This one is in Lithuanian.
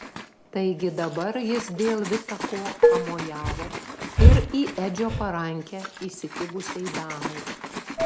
taigi dabar jis dėl visa ko pamojavo ir į edžio parankę įsikibusiai damai